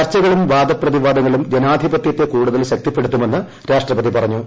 ചർച്ചകളും വാദപ്രതിവാദങ്ങളും ജനാധിപത്യത്തെ കൂടുതൽ ശക്തിപ്പെടുത്തുമെന്ന് രാഷ്ട്രപതി പറഞ്ഞു